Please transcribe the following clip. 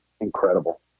incredible